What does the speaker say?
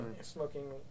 Smoking